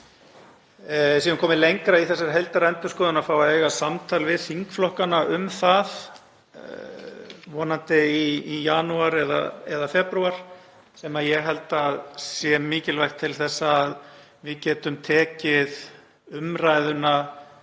séum komin lengra í þessari heildarendurskoðun, að eiga samtal við þingflokkana um það, vonandi í janúar eða febrúar. Ég held að það sé mikilvægt til þess að við getum tekið umræðuna